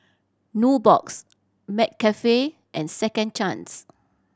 Nubox McCafe and Second Chance